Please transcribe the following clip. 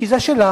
כי זה שלנו,